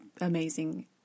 amazing